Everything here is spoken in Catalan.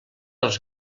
els